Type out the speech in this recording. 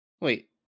Wait